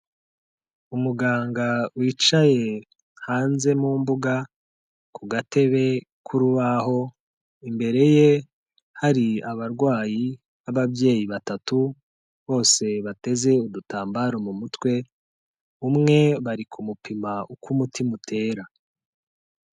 Umuganga wicaye hanze mu mbuga ku gatebe k'urubaho, imbere ye hari abarwayi b'ababyeyi batatu bose bateze udutambaro mu mutwe, umwe bari kumupima uko umutima utera.